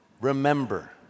remember